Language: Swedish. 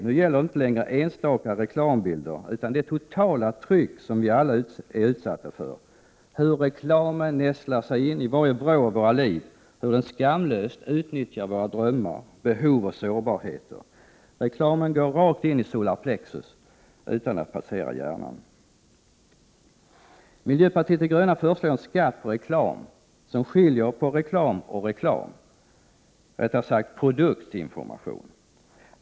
Nu gäller det inte längre enstaka reklambilder utan det totala tryck som vi alla är utsatta för, hur reklamen nästlar sig in i varje vrå av våra liv, hur den skamlöst utnyttjar våra drömmar, behov och sårbarheter. Reklamen går rakt in i solar plexus utan att passera hjärnan. Miljöpartiet de gröna föreslår en skatt på reklam som skiljer på reklam och reklam — rättare sagt på reklam och på produktinformation.